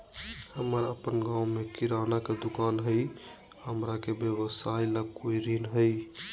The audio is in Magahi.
हमर अपन गांव में किराना के दुकान हई, हमरा के व्यवसाय ला कोई ऋण हई?